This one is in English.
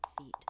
feet